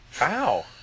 Wow